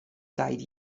died